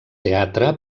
teatre